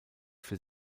für